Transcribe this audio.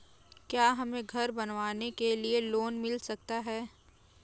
क्या हमें घर बनवाने के लिए लोन मिल सकता है?